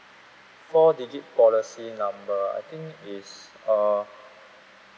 four digit policy number ah I think it's uh